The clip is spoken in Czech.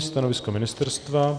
Stanovisko ministerstva?